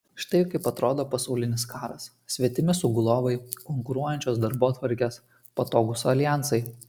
štai kaip atrodo pasaulinis karas svetimi sugulovai konkuruojančios darbotvarkės patogūs aljansai